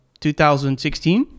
2016